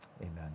Amen